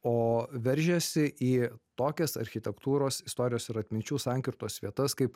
o veržiasi į tokias architektūros istorijos ir atminčių sankirtos vietas kaip